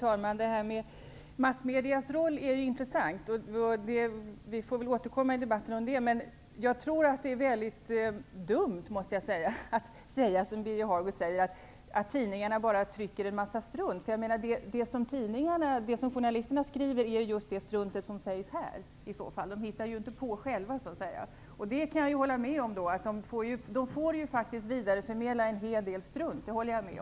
Fru talman! Massmedias roll är intressant. Vi får väl återkomma i debatter om det. Men jag tror att det är väldigt dumt, måste jag säga, att säga som Birger Hagård gör, att tidningarna bara trycker en mängd strunt. Det som journalisterna skriver är just det strunt som sägs här, i så fall. De hittar inte på själva. Jag kan faktiskt hålla med om att de får vidareförmedla en hel del strunt.